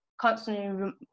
constantly